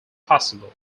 possible